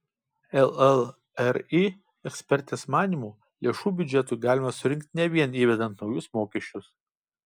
llri ekspertės manymu lėšų biudžetui galima surinkti ne vien įvedant naujus mokesčius